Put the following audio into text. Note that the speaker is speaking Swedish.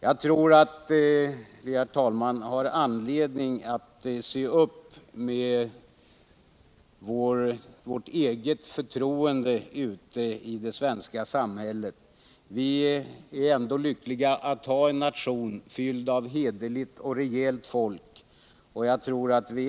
Jag tror att vi har anledning att se upp, så att förtroendet för oss politiker inte rubbas bland allmänheten. Vi är ändå så lyckligt lottade att vår nation är fylld av hederligt och rejält folk.